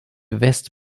west